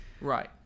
Right